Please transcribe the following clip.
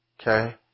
Okay